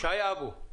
שי אבו.